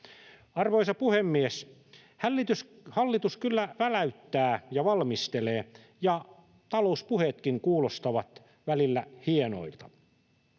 Arvoisa puhemies! Hallitus kyllä väläyttää ja valmistelee, ja talouspuheetkin kuulostavat välillä hienoilta.